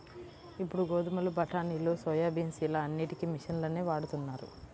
ఇప్పుడు గోధుమలు, బఠానీలు, సోయాబీన్స్ ఇలా అన్నిటికీ మిషన్లనే వాడుతున్నారు